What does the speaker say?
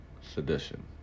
Sedition